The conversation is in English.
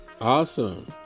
Awesome